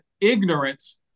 ignorance